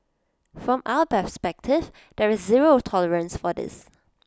from our perspective there is zero tolerance for this